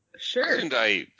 Sure